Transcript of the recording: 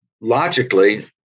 logically